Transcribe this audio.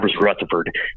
Rutherford